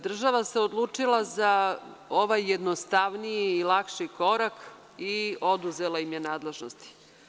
Država se odlučila za ovaj jednostavniji i lakši korak i oduzela im je nadležnosti.